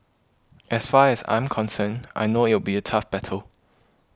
as far as I'm concerned I know it will be a tough battle